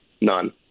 None